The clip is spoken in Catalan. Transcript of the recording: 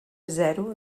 zero